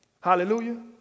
Hallelujah